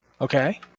Okay